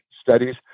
studies